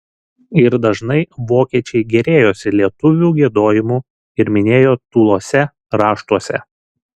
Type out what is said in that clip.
ir dažnai vokiečiai gėrėjosi lietuvių giedojimu ir minėjo tūluose raštuose